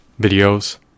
videos